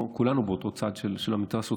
כולנו באותו צד של המתרס,